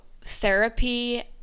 therapy